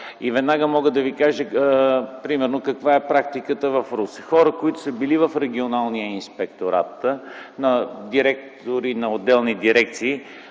Веднага мога да ви кажа примерно каква е практиката в Русе. Хора, които са били в регионалния инспекторат – директори на отделни дирекции,